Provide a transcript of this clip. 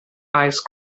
ice